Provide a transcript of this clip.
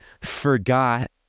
forgot